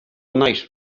night